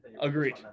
Agreed